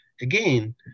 Again